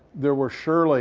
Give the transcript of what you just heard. there were surely